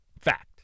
Fact